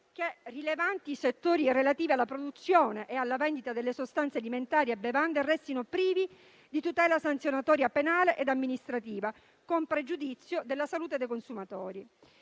che rilevanti settori relativi alla produzione e alla vendita delle sostanze alimentari e delle bevande restino privi di tutela sanzionatoria penale ed amministrativa, con pregiudizio della salute dei consumatori.